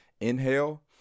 Inhale